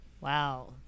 Wow